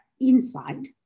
inside